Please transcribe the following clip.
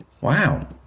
wow